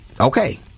okay